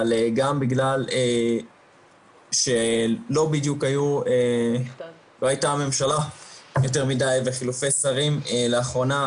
אבל גם בגלל שלא בדיוק הייתה ממשלה יותר מדי וחילופי שרים לאחרונה,